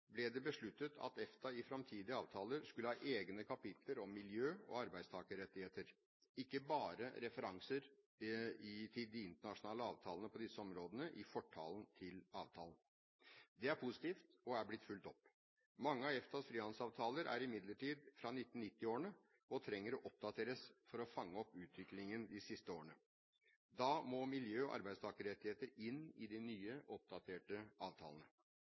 ble det besluttet at EFTA i framtidige avtaler skulle ha egne kapitler om miljø og arbeidstakerrettigheter – ikke bare referanser til internasjonale avtaler på disse områdene i fortalen til avtalen. Det er positivt og er blitt fulgt opp. Mange av EFTAs frihandelsavtaler er imidlertid fra 1990-årene og trenger å oppdateres for å fange opp utviklingen de siste årene. Da må miljø og arbeidstakerrettigheter inn i de nye, oppdaterte avtalene.